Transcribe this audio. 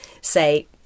say